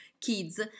kids